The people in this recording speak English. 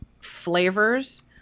flavors